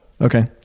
Okay